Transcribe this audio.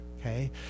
okay